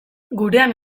gurean